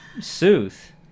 Sooth